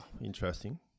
Interesting